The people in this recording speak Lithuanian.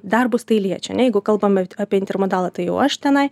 darbus tai liečia ane jeigu kalbam apie intermodalą tai jau aš tenai